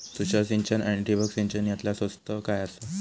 तुषार सिंचन आनी ठिबक सिंचन यातला स्वस्त काय आसा?